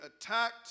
attacked